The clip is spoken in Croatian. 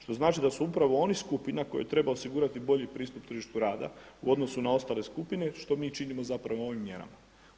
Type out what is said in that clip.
Što znači da su upravo oni skupina kojoj treba osigurati bolji pristup tržištu rada u odnosu na ostale skupine, što mi činimo zapravo ovim mjerama.